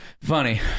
Funny